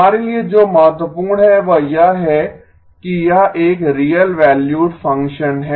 हमारे लिए जो महत्वपूर्ण है वह यह है कि यह एक रियल वैल्यूड फंक्शन है